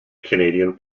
canadian